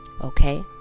okay